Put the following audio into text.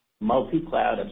multi-cloud